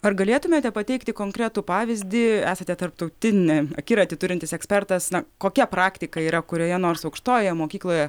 ar galėtumėte pateikti konkretų pavyzdį esate tarptautinį akiratį turintis ekspertas na kokia praktika yra kurioje nors aukštojoje mokykloje